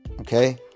okay